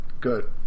Good